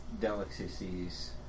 delicacies